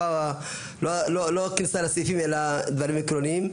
לא כניסה לסעיפים אלא דברים עקרוניים?